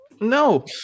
No